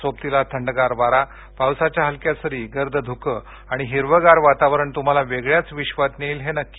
सोबतीला थंडार वारा पावसाच्या हलक्या सरी गर्द ध्कं आणि हिरवंगार वातावरण तुम्हाला वेगळ्याच विक्वात नेईल हे नक्की